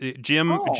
Jim